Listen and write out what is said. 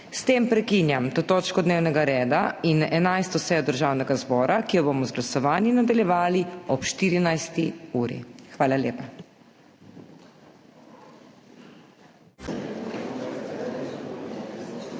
S tem prekinjam to točko dnevnega reda in 11. sejo Državnega zbora, ki jo bomo z glasovanji nadaljevali ob 14. uri. Hvala lepa.